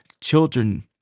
children